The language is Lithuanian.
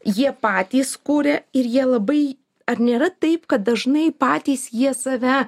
jie patys kūrė ir jie labai ar nėra taip kad dažnai patys jie save